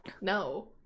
No